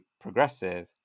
progressive